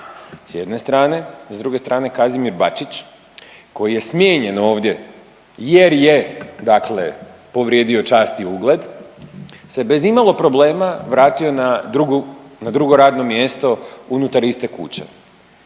s jedne strane. S druge strane Kazimir Bačić koji je smijenjen ovdje jer je dakle povrijedio čast i ugled se bez imalo problema vratio na drugu, na drugo radno mjesto unutar iste kuće.